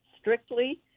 strictly